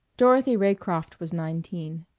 dorothy raycroft was nineteen.